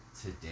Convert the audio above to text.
today